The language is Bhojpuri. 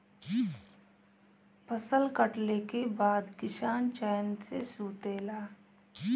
फसल कटले के बाद किसान चैन से सुतेला